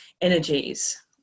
energies